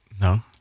No